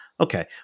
Okay